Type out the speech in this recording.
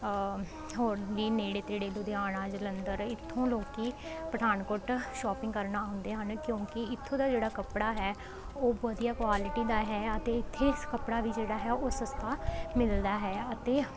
ਹੋਰ ਵੀ ਨੇੜੇ ਤੇੜੇ ਲੁਧਿਆਣਾ ਜਲੰਧਰ ਇੱਥੋਂ ਲੋਕ ਪਠਾਨਕੋਟ ਸ਼ੋਪਿੰਗ ਕਰਨ ਆਉਂਦੇ ਹਨ ਕਿਉਂਕਿ ਇੱਥੋਂ ਦਾ ਜਿਹੜਾ ਕੱਪੜਾ ਹੈ ਉਹ ਵਧੀਆ ਕੁਆਲਿਟੀ ਦਾ ਹੈ ਅਤੇ ਇੱਥੇ ਇਸ ਕੱਪੜਾ ਵੀ ਜਿਹੜਾ ਹੈ ਉਹ ਸਸਤਾ ਮਿਲਦਾ ਹੈ ਅਤੇ